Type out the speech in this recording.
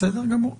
בסדר גמור.